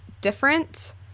different